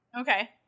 okay